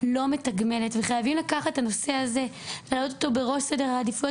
לא מתגמלת וחייבים לקחת את הנושא הזה להעלות אותו בראש סדר העדיפויות